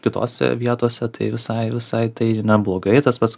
kitose vietose tai visai visai tai neblogai tas pats